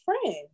friend